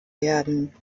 werden